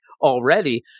already